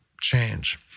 change